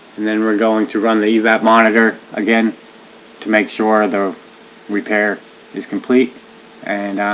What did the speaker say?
and then we're going to run the evap monitor again to make sure the repair is complete and